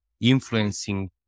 influencing